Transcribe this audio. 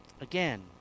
Again